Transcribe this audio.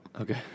Okay